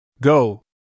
Go